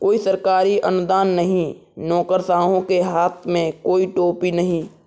कोई सरकारी अनुदान नहीं, नौकरशाहों के हाथ में कोई टोपी नहीं